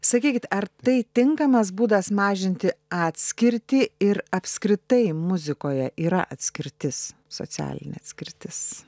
sakykit ar tai tinkamas būdas mažinti atskirtį ir apskritai muzikoje yra atskirtis socialinė atskirtis